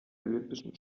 olympischen